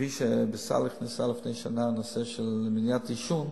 כפי שנכנס לסל לפני שנה הנושא של מניעת עישון,